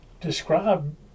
Describe